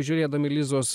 žiūrėdami lizos